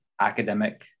academic